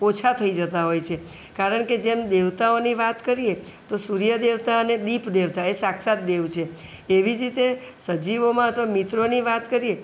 ઓછા થઈ જતા હોય છે કારણ કે જેમ દેવતાઓની વાત કરીએ તો સૂર્યદેવતા અને દીપદેવતા એ સાક્ષાત દેવ છે તેવી જ રીતે સજીવોમાં અથવા મિત્રોની વાત કરીએ